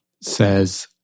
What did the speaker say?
says